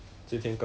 oh 她